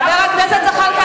חבר הכנסת זחאלקה,